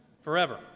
forever